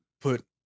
put